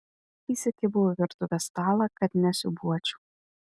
įsikibau į virtuvės stalą kad nesiūbuočiau